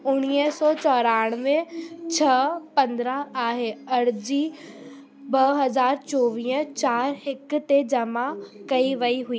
उणिवीह सौ चोराणवे छह पंद्रहं आहे अर्जी ॿ हज़ार चोवीह चारि हिकु ते जमा कई वई हुई